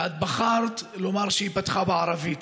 ואת בחרת לומר שהיא פתחה בערבית.